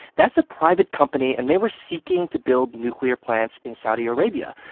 that's a private company, and they were seeking to build nuclear plants in saudi arabia.